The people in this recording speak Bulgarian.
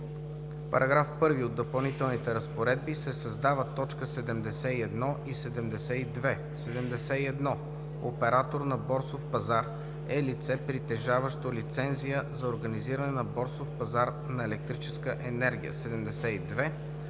В § 1 от Допълнителните разпоредби се създават т. 71 и 72: „71. „Оператор на борсов пазар“ е лице, притежаващо лицензия за организиране на борсов пазар на електрическа енергия. 72.